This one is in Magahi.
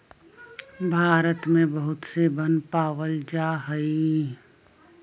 भारत में बहुत से वन पावल जा हई